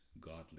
godly